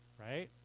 right